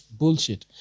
bullshit